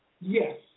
yes